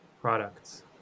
products